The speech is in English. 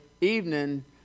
evening